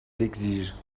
l’exige